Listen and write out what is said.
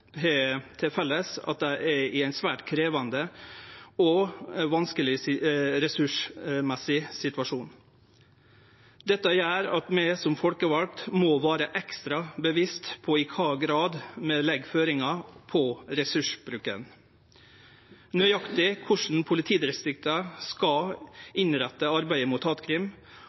til felles at dei er i ein svært krevjande og vanskeleg ressurssituasjon. Dette gjer at vi som folkevalde må vere ekstra bevisste på i kva grad vi legg føringar for ressursbruken. Nøyaktig korleis politidistrikta skal innrette arbeidet mot